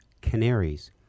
canaries